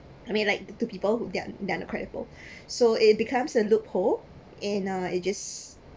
I mean like two people who they're they're not credible so it becomes a loophole in uh it just